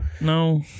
no